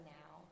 now